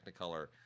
Technicolor